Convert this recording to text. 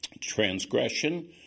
Transgression